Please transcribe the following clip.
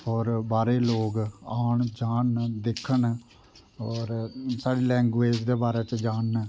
और बाहरे गी लोग आन जान नमें दिक्खन और साढ़ी लैंग्बेज दे बारे च जानन